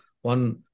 one